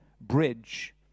bridge